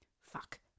Fuck